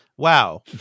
Wow